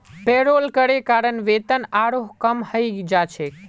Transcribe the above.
payroll करे कारण वेतन आरोह कम हइ जा छेक